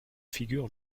figures